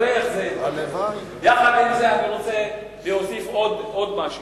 עם זה, אני רוצה להוסיף עוד משהו.